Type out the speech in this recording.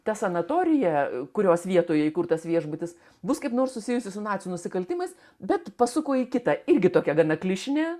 ta sanatorija kurios vietoje įkurtas viešbutis bus kaip nors susijusi su nacių nusikaltimais bet pasuko į kitą irgi tokią gana klišinę